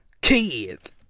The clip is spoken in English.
kids